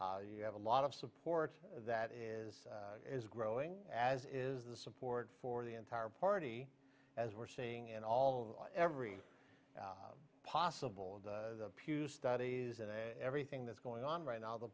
you have a lot of support that is as growing as is the support for the entire party as we're seeing in all every possible of the pew studies and everything that's going on right now the